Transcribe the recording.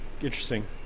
Interesting